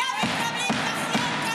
משפט